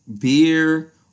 beer